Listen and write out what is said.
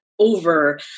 over